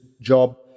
job